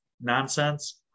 nonsense